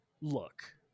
Look